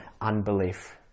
unbelief